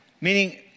Meaning